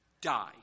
Die